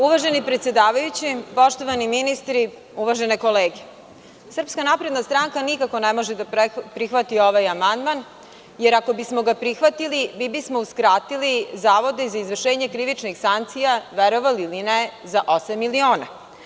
Uvaženi predsedavajući, poštovani ministri, SNS nikako ne može da prihvati ovaj amandman, jer ako bismo ga prihvatili, mi bismo uskratili Zavodu za izvršenje krivičnih sankcija, verovali ili ne, za 8 miliona.